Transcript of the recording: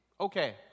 Okay